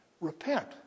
Repent